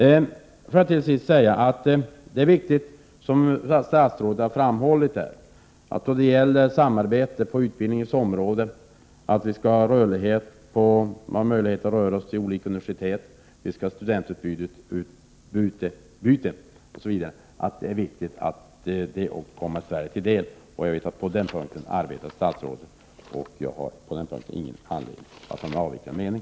Till sist vill jag säga: Det är viktigt, som statsrådet har framhållit, att beträffande samarbetet på utbildningsområdet ha möjlighet för studenter att röra sig mellan olika universitet, ha ett studentutbyte osv. Det är viktigt att sådant får komma Sverige till del, och jag vet att statsrådet arbetar för detta. Jag har på denna punkt ingen anledning att ha någon avvikande mening.